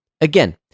Again